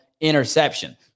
interception